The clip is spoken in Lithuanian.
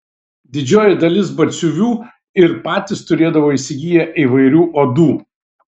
didžioji dalis batsiuvių ir patys turėdavo įsigiję įvairių odų